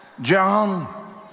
John